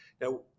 Now